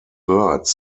birds